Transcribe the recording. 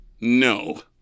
No